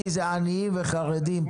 כי זה עניים וחרדים,